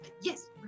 Yes